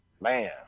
Man